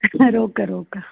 रोक़ रोक़ रोक़